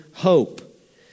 hope